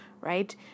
right